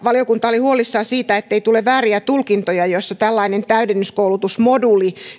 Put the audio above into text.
valiokunta oli huolissaan siitä ettei tule vääriä tulkintoja joissa tällaista täydennyskoulutusmoduulia